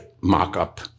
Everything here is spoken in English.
mock-up